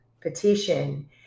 petition